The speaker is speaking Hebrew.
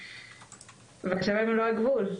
השמיים הם לא הגבול,